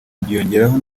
byiyongeraho